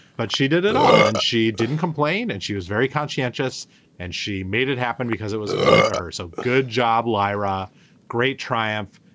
but she did it all and she didn't complain. and she was very conscientious and she made it happen because it was important to her. so good job liara great triumph.